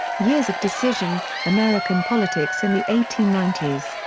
years of decision american politics in the eighteen ninety s.